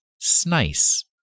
snice